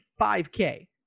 5k